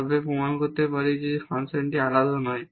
তবে আমরা প্রমাণ করতে পারি যে ফাংশনটি আলাদা নয়